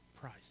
price